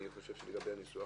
אני חושב שלגבי הניסוח